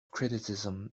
criticism